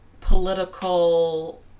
political